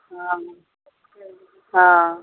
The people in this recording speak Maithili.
हँ हँ